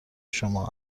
شما